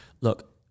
Look